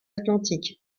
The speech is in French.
atlantiques